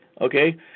okay